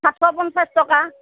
সাতশ পঞ্চাছ টকা